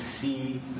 see